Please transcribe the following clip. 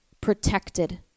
protected